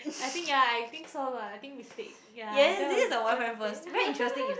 I think yea I think so lah I think mistake yea that was